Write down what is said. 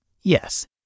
Yes